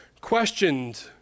questioned